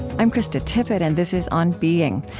i'm krista tippett, and this is on being.